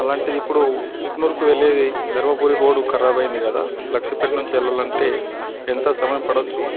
అలాంటిది ఇప్పుడు ఉట్నూరుకు వెళ్ళేది ధర్మపూరి రోడ్డు కరాబైయింది కదా లక్షపేట్ నుంచి వెళ్ళాలంటే ఎంత సమయం పడవచ్చు